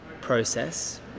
process